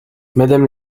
madame